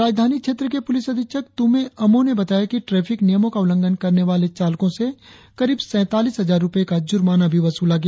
राजधानी क्षेत्र के पुलिस अधीक्षक तुम्मे आमो ने बताया कि ट्रेफिक नियमों का उल्लंघन करने वाले चालकों से करीब सैतालीस हजार रुपये का जुर्माना भी वसूला गया